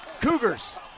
Cougars